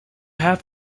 have